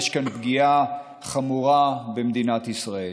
יש כאן פגיעה חמורה במדינת ישראל.